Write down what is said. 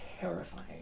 terrifying